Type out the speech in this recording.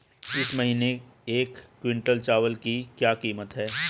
इस महीने एक क्विंटल चावल की क्या कीमत है?